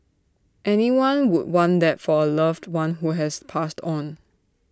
anyone would want that for A loved one who has passed on